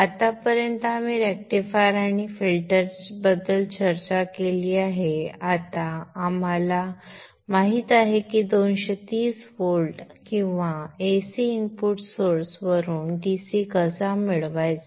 आत्तापर्यंत आम्ही रेक्टिफायर आणि फिल्टरबद्दल चर्चा केली आहे आता आम्हाला माहित आहे की 230 व्होल्ट किंवा एसी इनपुट सोर्स वरून DC कसा मिळवायचा